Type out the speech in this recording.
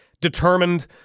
determined